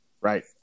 Right